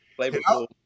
flavorful